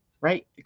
right